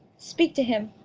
speak to him.